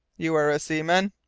you are a seaman?